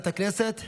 התשפ"ד 2023,